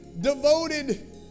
devoted